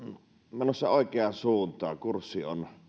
menossa oikeaan suuntaan kurssi on